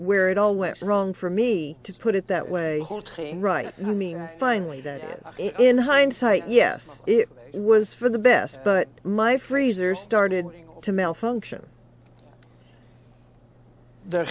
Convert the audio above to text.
where it all went wrong for me to put it that way right i mean finally that in hindsight yes it was for the best but my freezer started to melt function